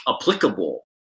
applicable